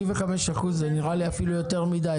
35% זה נראה לי אפילו יותר מדי,